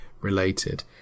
related